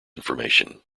information